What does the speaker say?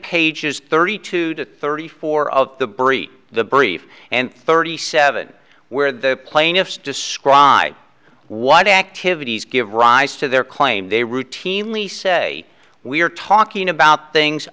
pages thirty two to thirty four of the brief the brief and thirty seven where the plaintiffs describe what activities give rise to their claim they routinely say we're talking about things